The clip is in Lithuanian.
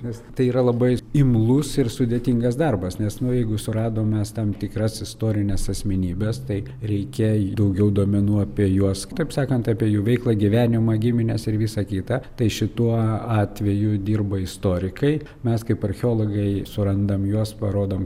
nes tai yra labai imlus ir sudėtingas darbas nes nu jeigu suradom mes tam tikras istorines asmenybes tai reikia daugiau duomenų apie juos kitaip sakant apie jų veiklą gyvenimą gimines ir visa kita tai šituo atveju dirba istorikai mes kaip archeologai surandam juos parodom